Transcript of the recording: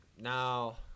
Now